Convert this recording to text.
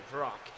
rock